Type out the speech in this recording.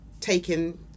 taking